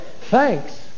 thanks